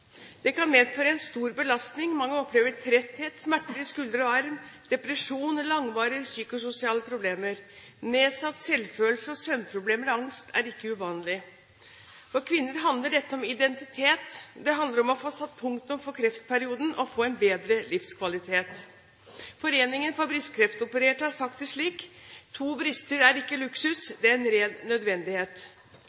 Det kan medføre en stor belastning; mange opplever tretthet, smerter i skulder og arm, depresjon og langvarige psykososiale problemer. Nedsatt selvfølelse, søvnproblemer og angst er ikke uvanlig. For kvinner handler dette om identitet, det handler om å få satt punktum for kreftperioden og å få en bedre livskvalitet. Foreningen for brystkreftopererte har sagt det slik: To bryster er ikke luksus,